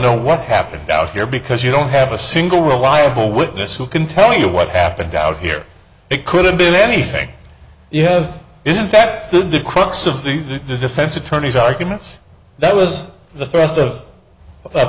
know what happened out here because you don't have a single reliable witness who can tell you what happened out here it could have been anything you have is in fact the crux of the the defense attorney's arguments that was the first of